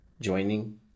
joining